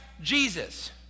Jesus